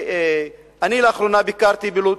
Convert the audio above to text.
אני ביקרתי לאחרונה בלוד.